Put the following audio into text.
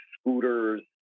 scooters